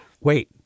Wait